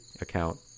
account